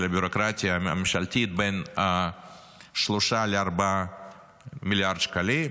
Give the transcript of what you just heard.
הביורוקרטיה הממשלתית בין 3 ל-4 מיליארד שקלים.